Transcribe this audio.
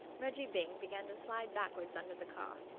reggie byng began to slide backwards under the car.